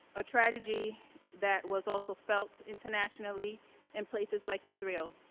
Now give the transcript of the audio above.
a tragedy that was also felt internationally in places like israel.